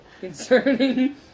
concerning